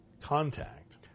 contact